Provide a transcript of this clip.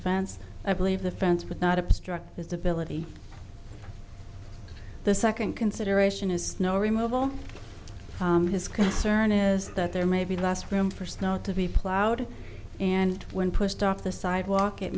fence i believe the fence would not obstruct visibility the second consideration is snow removal his concern is that there may be less room for snow to be plowed and when pushed off the sidewalk it